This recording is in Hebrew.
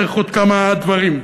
צריך עוד כמה דברים.